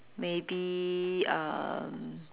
maybe um